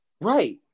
right